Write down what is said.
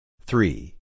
Three